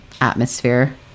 atmosphere